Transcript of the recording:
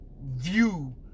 view